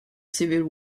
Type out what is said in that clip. civil